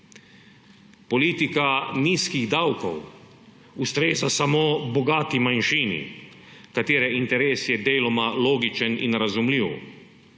Politika nizkih davkov ustreza samo bogati manjšini, katere interes je deloma logičen in razumljiv.